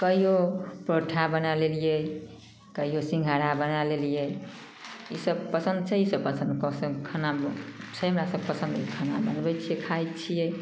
कहिओ परौठा बनै लेलिए कहिओ सिन्घाड़ा बनै लेलिए ईसब पसन्द छै ईसब पसन्द पसन्दके खाना छै हमरा सब पसन्द खाना बनबै छिए खाइ छिए